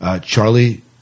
Charlie